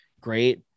great